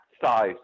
size